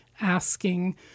asking